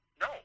No